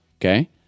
Okay